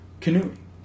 canoeing